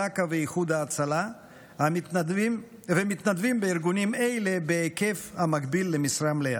זק"א ואיחוד הצלה ומתנדבים בארגונים אלה בהיקף המקביל למשרה מלאה.